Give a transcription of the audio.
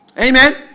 Amen